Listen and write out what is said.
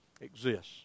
exists